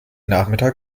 nachmittag